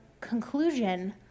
conclusion